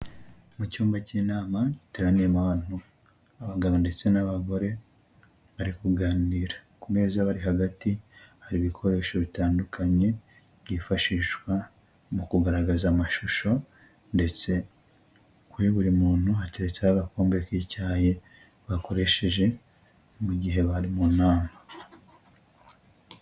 Mu cyumba cy'inama giteraniyemo abantu abagabo ndetse n'abagore bari kuganira, ku meza abari hagati hari ibikoresho bitandukanye byifashishwa mu kugaragaza amashusho ndetse kuri buri muntu hateretseho agakombe k'icyayi, bakoresheje mu gihe bari mu nama.